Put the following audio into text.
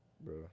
bro